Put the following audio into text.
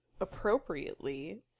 appropriately